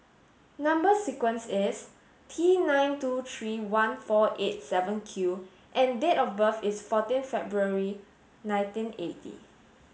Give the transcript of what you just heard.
number sequence is T nine two three one four eight seven Q and date of birth is fourteen February nineteen eighty